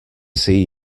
see